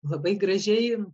labai gražiai